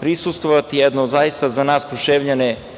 prisustvovati jednom zaista za nas Kruševljane